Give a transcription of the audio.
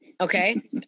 okay